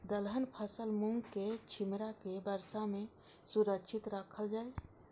दलहन फसल मूँग के छिमरा के वर्षा में सुरक्षित राखल जाय?